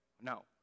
No